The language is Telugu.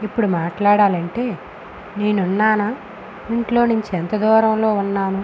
ఇప్పుడు మాట్లాడాలంటే నేనున్నానా ఇంట్లోనుంచెంత దూరంలో ఉన్నాను